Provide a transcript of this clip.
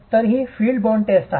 तर ही field bond test आहे